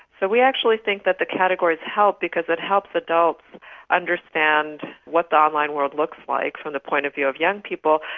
but we actually think that the categories help because it helps adults understand what the online world looks like from the point of view of young people,